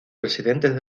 presidentes